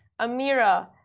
Amira